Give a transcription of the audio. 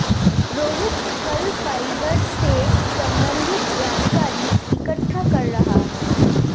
रोहित फल फाइबर से संबन्धित जानकारी इकट्ठा कर रहा है